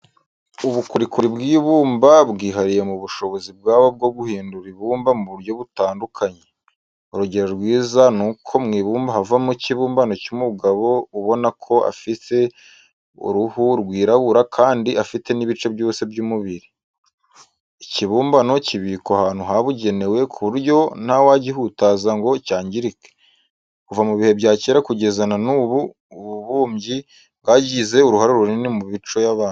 Ubukorikori bw'ibumba bwihariye mu bushobozi bwabo bwo guhindura ibumba mu buryo butandukanye. Urugero rwiza nuko mw'ibumba havamo ikibumbano cy'umugabo ubonako afite uruhu rwirabura kandi afite n'ibice byose by'umubiri. Ikibumbano kibikwa ahantu habugenewe kuburyo ntawagihutaza ngo cyangirike. Kuva mu bihe bya kera kugeza na n'ubu, ububumbyi bwagize uruhare runini mu mico y'abantu.